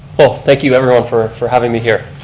ah thank you everyone for for having me here.